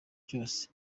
byose